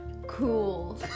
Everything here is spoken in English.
cool